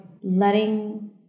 letting